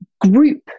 group